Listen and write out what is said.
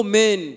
men